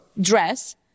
dress